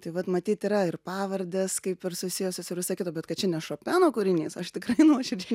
tai vat matyt yra ir pavardės kaip ir susijusios ir visa kita bet kad čia ne šopeno kūrinys aš tikrai nuoširdžiai